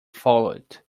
followed